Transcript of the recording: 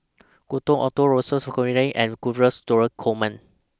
Gordon Arthur and Dress Door Coleman